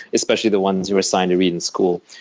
especially the ones you're assigned to read in school.